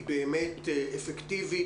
היא באמת אפקטיבית,